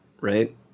right